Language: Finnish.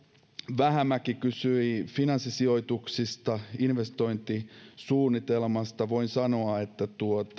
vähämäki kysyi finanssisijoituksista investointisuunnitelmasta voin sanoa että